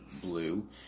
blue